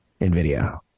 NVIDIA